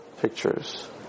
pictures